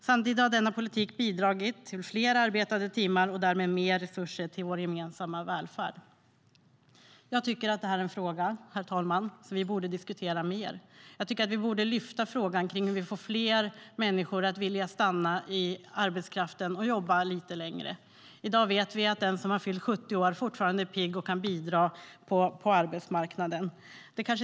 Samtidigt har denna politik bidragit till fler arbetade timmar och därmed mer resurser till vår gemensamma välfärd. Herr talman! Detta är en fråga som vi borde diskutera mer. Vi borde lyfta upp frågan hur vi får fler människor att vilja stanna i arbetskraften och jobba lite längre. Vi vet att den som har fyllt 70 år fortfarande är pigg och kan bidra på arbetsmarknaden.